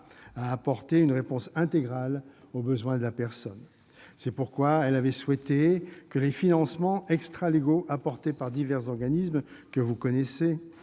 à apporter une réponse intégrale aux besoins des personnes. C'est pourquoi elle avait souhaité que les financements extralégaux apportés par divers organismes qui préexistaient